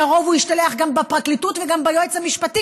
בקרוב הוא ישתלח גם בפרקליטות וגם ביועץ המשפטי,